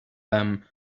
them